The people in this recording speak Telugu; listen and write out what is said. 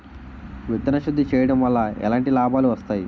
విత్తన శుద్ధి చేయడం వల్ల ఎలాంటి లాభాలు వస్తాయి?